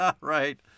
Right